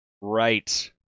right